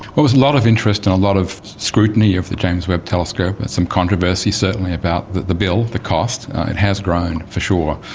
but lot of interest and a lot of scrutiny of the james webb telescope, and some controversy certainly about the the bill, the cost. it has grown, for sure.